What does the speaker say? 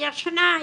היא ישנה,